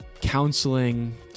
counseling